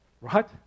right